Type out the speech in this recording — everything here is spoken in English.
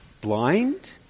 blind